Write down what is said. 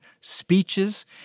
speeches